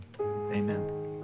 Amen